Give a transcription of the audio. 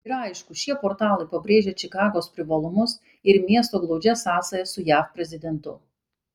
ir aišku šie portalai pabrėžia čikagos privalumus ir miesto glaudžias sąsajas su jav prezidentu